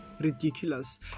ridiculous